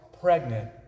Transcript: pregnant